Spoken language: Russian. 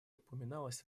упоминалось